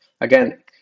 Again